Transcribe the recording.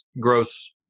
gross